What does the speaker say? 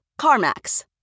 CarMax